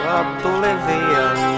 oblivion